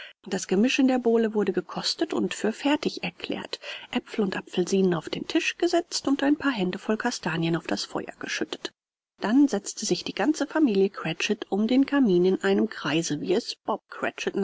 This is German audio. das gemisch in der bowle wurde gekostet und für fertig erklärt aepfel und apfelsinen auf den tisch gesetzt und ein paar hände voll kastanien auf das feuer geschüttet dann setzte sich die ganze familie cratchit um den kamin in einem kreise wie es